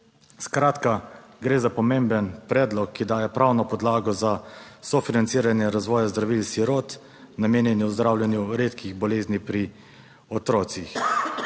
Skratka, gre za pomemben predlog, ki daje pravno podlago za sofinanciranje razvoja zdravil sirot, namenjenih zdravljenju redkih bolezni pri otrocih.